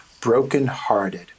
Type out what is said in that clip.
broken-hearted